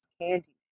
candy